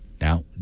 Now